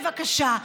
בבקשה,